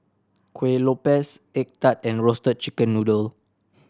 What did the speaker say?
Kueh Lopes egg tart and Roasted Chicken Noodle